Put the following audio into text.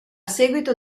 seguito